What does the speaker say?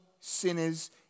sinners